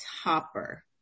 topper